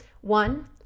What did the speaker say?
one